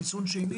חיסון שני